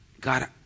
God